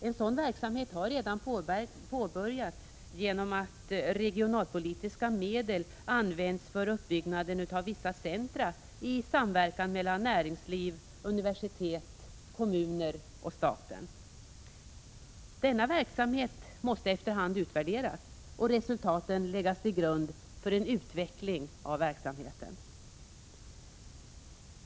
En sådan verksamhet har redan påbörjats, genom att regionalpolitiska medel använts för uppbyggnaden av vissa centra i samverkan mellan näringsliv, universitet, kommuner och staten. Denna verksamhet måste efter hand utvärderas och resultaten läggas till grund för en utveckling av verksamheten.